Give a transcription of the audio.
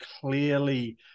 clearly